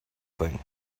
thing